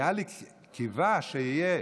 ביאליק קיווה שיהיו.